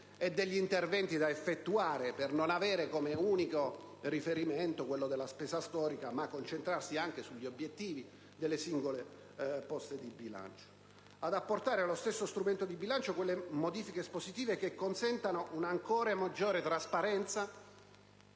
e degli interventi da effettuare, per non avere come unico riferimento la spesa storica, ma concentrarsi anche sugli obiettivi delle singole poste di bilancio; ad apportare allo stesso strumento di bilancio quelle modifiche espositive che consentano una ancora maggiore trasparenza,